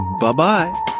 Bye-bye